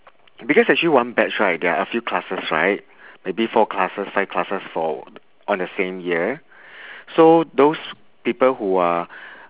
because actually one batch right there are a few classes right maybe four classes five classes for on the same year so those people who are